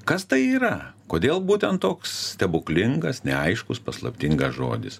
kas tai yra kodėl būtent toks stebuklingas neaiškus paslaptingas žodis